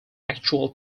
actual